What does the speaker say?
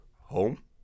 home